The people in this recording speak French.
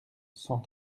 cent